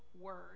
word